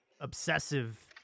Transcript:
obsessive